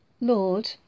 Lord